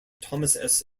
thomas